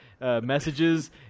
Messages